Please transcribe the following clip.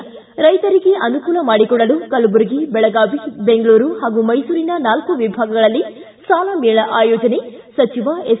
್ಯಾ ರೈತರಿಗೆ ಅನುಕೂಲ ಮಾಡಿಕೊಡಲು ಕಲಬುರಗಿ ಬೆಳಗಾವಿ ಬೆಂಗಳೂರು ಹಾಗೂ ಮೈಸೂರಿನ ನಾಲ್ಕು ವಿಭಾಗಗಳಲ್ಲಿ ಸಾಲ ಮೇಳ ಆಯೋಜನೆ ಸಚಿವ ಎಸ್